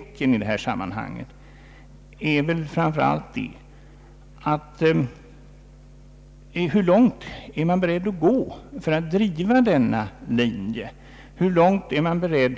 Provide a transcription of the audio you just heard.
Min fråga i det här sammanhanget är framför allt denna: Hur långt är man beredd att gå för att driva denna linje, hur långt är man beredd